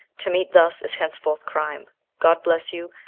to meet thus is henceforth crime. god bless you.